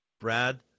Brad